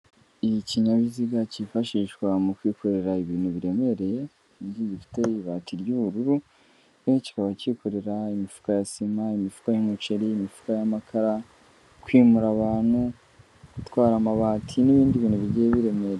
Ikinyabiziga cyifashishwa mu kwikorera ibintu biremereye gifite ibati ry'ubururu, kenshe kikaba kikorera imifuka ya sima imifuka y'amakara, imifuka y'umuceri, imifuka y'amakara, kwimura abantu gutwara amabati n'ibindi bintu bigiye biremereye.